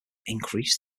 increase